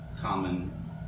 common